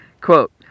Quote